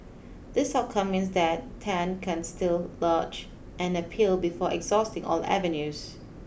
this outcome means that Tan can still lodge an appeal before exhausting all avenues